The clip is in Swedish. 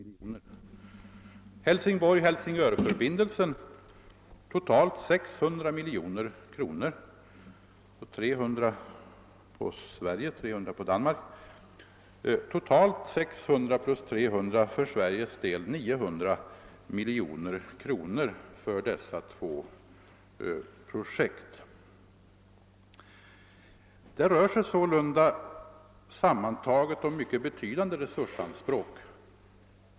Förbindelsen Hälsingborg—Helsingör beräknas kosta totalt 600 miljoner kronor; 300 miljoner skulle falla på Sverige och 300 miljoner på Danmark. 600 miljoner plus 300 miljoner för Sveriges del gör totalt 900 miljoner för dessa två projekt. Det rör sig sålunda sammantaget om mycket betydande resursanspråk.